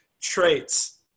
traits